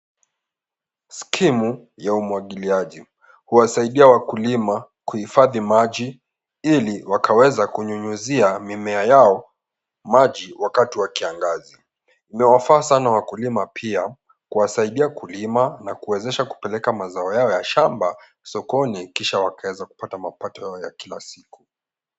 Skimu ya umwagiliaji huwasaidia wakulima kuhifadhi maji ili wakaweza kunyunyuzia mimea yao maji wakati wa kiangazi. Unawafaa sana wakulima pia kuwasaidia kulima na kuwezesha kupeleka mazao yao ya shamba sokoni kisha wakaweza kupata mapato yao ya kila siku.